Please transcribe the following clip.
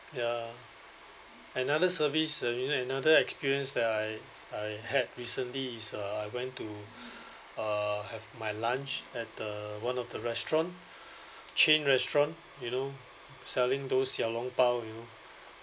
ya another service uh you know another experience that I I had recently is uh I went to uh have my lunch at the one of the restaurant chain restaurant you know selling those xiao long bao you know